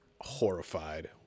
horrified